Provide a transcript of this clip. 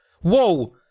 whoa